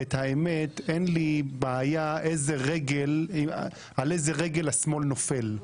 האמת, אין לי בעיה על איזו רגל השמאל נופל.